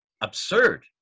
absurd